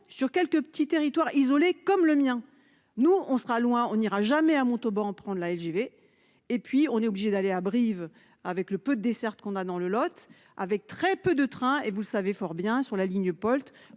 sur quelques petits territoires isolés comme le mien. Nous on sera loin, on n'ira jamais à Montauban prend la LGV et puis on est obligé d'aller à Brive avec le peu dessertes qu'on a dans le Lot avec très peu de trains et vous le savez fort bien sur la ligne Polt